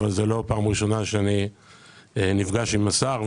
אבל זאת לא הפעם הראשונה שאני נפגש עם השר,